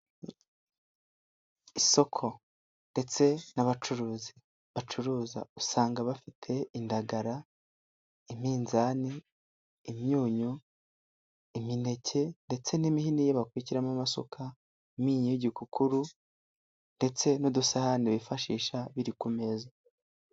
Isoko ndetse n'abacuruzi bacuruza usanga bafite indagara, iminzani, imyunyu, imineke ndetse n'imihini yo bakwikiramo amasuka, imyunyu y'igikukuru ndetse n'udusahani bifashisha biri ku meza.